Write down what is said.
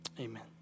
amen